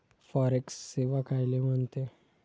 Forex सेवा कायले म्हनते?